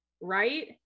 Right